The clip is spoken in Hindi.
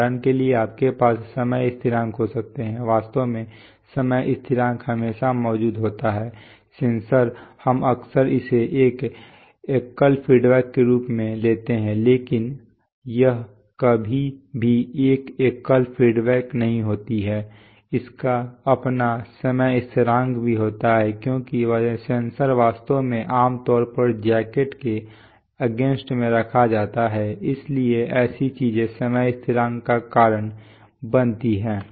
उदाहरण के लिए आपके पास समय स्थिरांक हो सकते हैं वास्तव में समय स्थिरांक हमेशा मौजूद होते हैं सेंसर हम अक्सर इसे एक एकल फीडबैक के रूप में लेते हैं लेकिन यह कभी भी एक एकल फीडबैक नहीं होती है इसका अपना समय स्थिरांक भी होता है क्योंकि सेंसर वास्तव में आम तौर पर जैकेट के अगेंस्ट में रखा जाता है इसलिए ऐसी चीजें समय स्थिरांक का कारण बनती है